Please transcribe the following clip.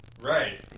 Right